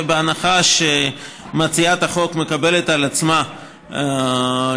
ובהנחה שמציעת החוק מקבלת על עצמה לקדם